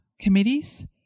committees